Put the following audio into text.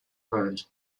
road